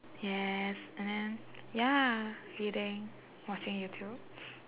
yes and then ya reading watching youtube